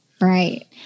Right